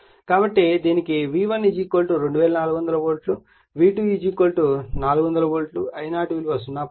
కాబట్టి దీనికి V1 2400 volt V2 విలువ 400 వోల్ట్ I0 విలువ 0